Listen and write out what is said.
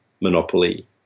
monopoly